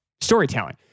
storytelling